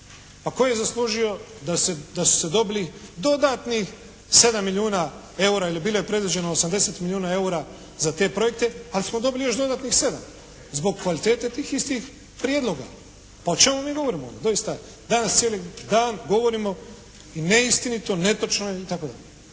Pa tko je zaslužio da su se dobili dodatnih 7 milijuna eura, jer bilo je predviđeno 80 milijuna eura za te projekte, ali smo dobili još dodatnih 7. Zbog kvalitete tih istih prijedloga. Pa o čemu mi onda govorimo. Doista, danas cijeli dan govorimo neistinito je, netočno je itd.